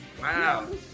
Wow